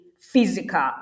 physical